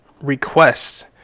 requests